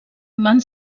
van